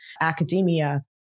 academia